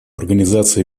организация